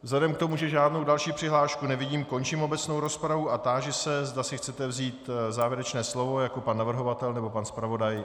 Vzhledem k tomu, že žádnou další přihlášku nevidím, končím obecnou rozpravu a táži se, zda si chcete vzít závěrečné slovo, pan navrhovatel nebo pan zpravodaj.